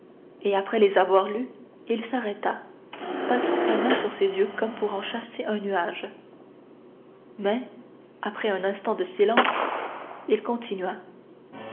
et après les avoir lus il s'arrêta passant sa main sur ses yeux comme pour en chasser un nuage mais après un instant de silence il continua